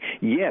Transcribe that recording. yes